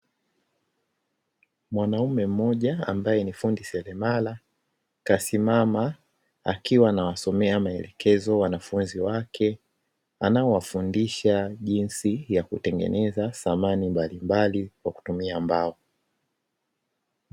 Mwanaume mmoja ambaye ni fundi seremala kasimama akiwa anawasomea maelekezo wanafunzi wake anaowafundisha jinsi ya kutengeneza samani mbalimbali kwa kutumia mbao.